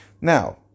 Now